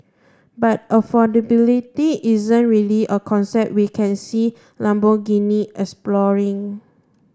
but affordability isn't really a concept we can see Lamborghini exploring